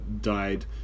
died